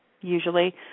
usually